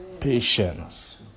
Patience